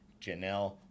Janelle